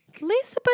Lisa